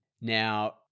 Now